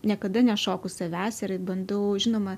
niekada nešoku savęs ir bandau žinoma